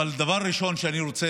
אבל דבר ראשון שאני רוצה,